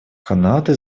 канады